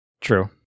True